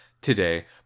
today